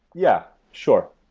yeah, sure.